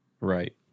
Right